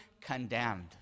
condemned